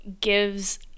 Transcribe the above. gives